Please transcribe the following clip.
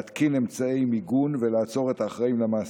להתקין אמצעי מיגון ולעצור את האחראים למעשה.